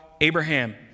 Abraham